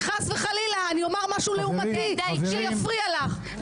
כי חס וחלילה אני אומר משהו לעומתי שיפריע לך.